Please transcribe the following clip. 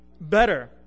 better